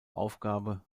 aufgabe